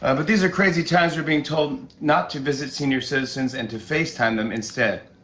and but these are crazy times. we're being told not to visit senior citizens and to facetime them instead.